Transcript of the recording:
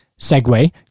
segue